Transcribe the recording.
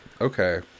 Okay